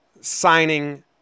signing